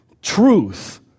Truth